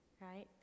right